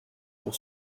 pour